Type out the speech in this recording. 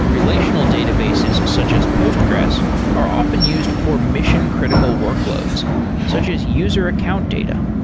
relational databases such as postgres are often used for mission-critical workloads such as user account data.